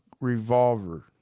Revolver